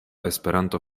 esperanto